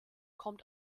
kommt